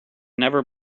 never